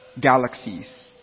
galaxies